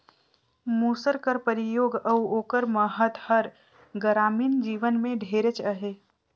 मूसर कर परियोग अउ ओकर महत हर गरामीन जीवन में ढेरेच अहे